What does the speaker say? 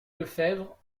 lefebvre